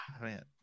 man